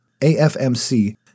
AFMC